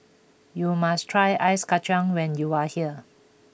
you must try Ice Kacang when you are here